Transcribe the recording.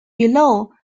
below